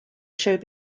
showed